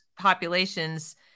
populations